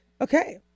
Okay